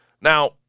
Now